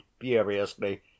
furiously